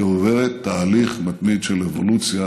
היא עוברת תהליך מתמיד של אבולוציה,